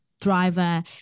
driver